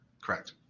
Correct